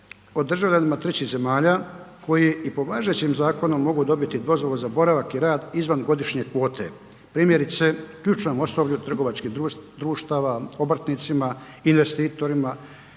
državljanima trećih zemalja koji i po važećem zakonu mogu dobiti dozvolu za boravak i rad izvan godišnje kvote. Primjerice, ključnom osoblju trgovačkih društava, obrtnicima, investitorima,